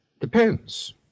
Depends